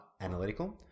analytical